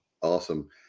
Awesome